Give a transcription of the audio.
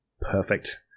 perfect